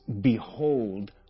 Behold